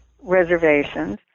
reservations